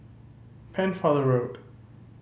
Pennefather Road